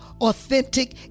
authentic